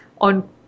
on